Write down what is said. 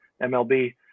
mlb